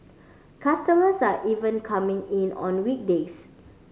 customers are even coming in on weekdays